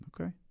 okay